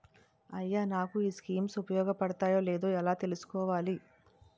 అయ్యా నాకు ఈ స్కీమ్స్ ఉపయోగ పడతయో లేదో ఎలా తులుసుకోవాలి?